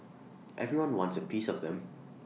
everyone wants A piece of them